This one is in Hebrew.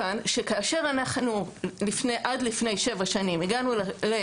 נעמי כבר נפגשה גם עם הגופים הביטחוניים וגם משרדי